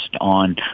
on